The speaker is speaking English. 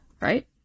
right